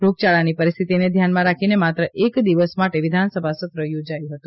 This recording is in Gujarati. રોગયાળાની પરિસ્થિતિને ધ્યાનમાં રાખીને માત્ર એક દિવસ માટે વિધાનસભા સત્ર યોજાયુંહતું